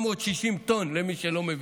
460 טונות, למי שלא מבין.